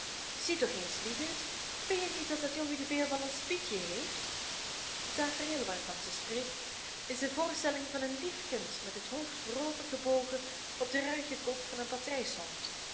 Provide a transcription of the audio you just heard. zie toch eens lieverd vinje niet dat dat jongetje veel van ons pietje heeft het tafereel waarvan ze spreekt is de voorstelling van een lief kind met het hoofd voorover gebogen op den ruigen kop van een